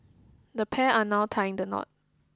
the pair are now tying the knot